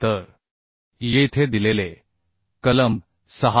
तर येथे दिलेले कलम 6